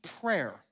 prayer